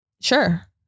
Sure